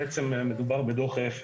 בעצם מדובר בדוח אפס,